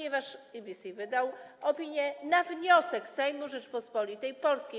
EBC wydał opinię na wniosek Sejmu Rzeczypospolitej Polskiej.